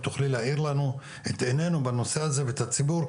אם תוכלי להאיר לו את עניינו בנושא הזה ואת הציבור,